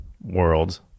world